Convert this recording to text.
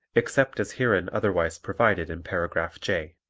except as herein otherwise provided in paragraph j.